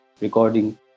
recording